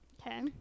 okay